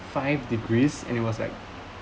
five degrees and it was like